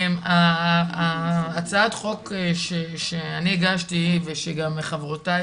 הצעת החוק שאני הגשתי וגם חברותי,